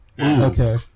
Okay